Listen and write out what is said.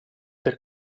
per